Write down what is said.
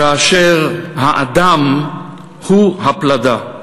כאשר האדם הוא הפלדה.